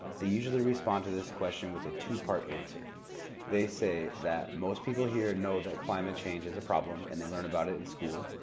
they usually respond to this question with a two-part answer they say that most people here know that climate change is a problem and they learn about it in school,